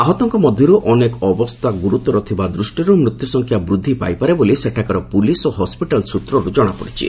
ଆହତଙ୍କ ମଧ୍ୟରୁ ଅନେକଙ୍କ ଅବସ୍ଥା ଗୁରୁତର ଥିବା ଦୃଷ୍ଟିରୁ ମୃତ୍ୟୁସଂଖ୍ୟା ବୃଦ୍ଧି ପାଇପାରେ ବୋଲି ସେଠାକାର ପୁଲିସ୍ ଓ ହସ୍କିଟାଲ୍ ସୂତ୍ରରୁ ଜଣାପଡ଼ିଛି